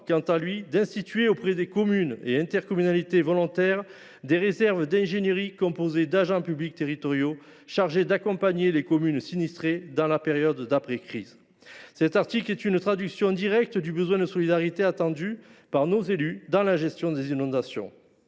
quant à lui, d’instituer auprès des communes et intercommunalités volontaires des réserves d’ingénierie composées d’agents publics territoriaux chargés d’accompagner les communes sinistrées dans la période d’après crise. Cet article est une réponse au besoin de solidarité qu’attendent nos élus dans la gestion des inondations.